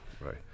Right